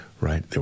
right